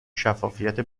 شفافیت